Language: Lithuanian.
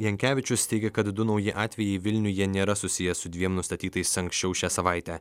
jankevičius teigė kad du nauji atvejai vilniuje nėra susiję su dviem nustatytais anksčiau šią savaitę